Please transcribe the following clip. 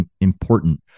important